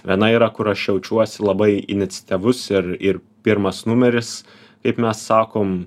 viena yra kur aš jaučiuosi labai iniciatyvus ir ir pirmas numeris kaip mes sakom